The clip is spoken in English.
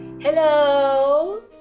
Hello